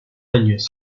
años